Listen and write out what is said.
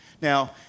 Now